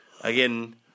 again